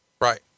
right